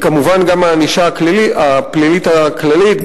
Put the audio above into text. כמובן גם הענישה הפלילית הכללית,